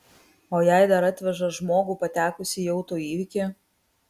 o jei dar atveža žmogų patekusį į auto įvykį